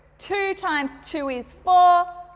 two times two is four,